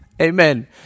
Amen